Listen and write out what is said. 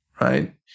right